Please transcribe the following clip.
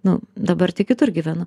nu dabar tai kitur gyvenu